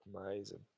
Amazing